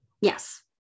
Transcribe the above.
Yes